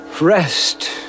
rest